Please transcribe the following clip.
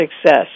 Success